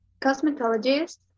cosmetologist